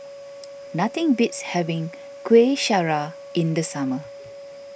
nothing beats having Kueh Syara in the summer